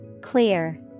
Clear